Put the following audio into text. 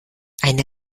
eine